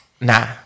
nah